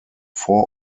vor